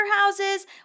houses